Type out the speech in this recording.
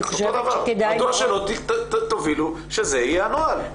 מדוע שלא תובילו שזה יהיה הנוהל.